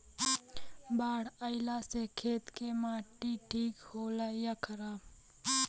बाढ़ अईला से खेत के माटी ठीक होला या खराब?